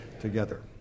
together